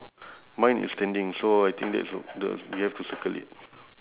uh ya f~ for your picture he's cutting right